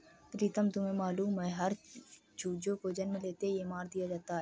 प्रीतम तुम्हें मालूम है नर चूजों को जन्म लेते ही मार दिया जाता है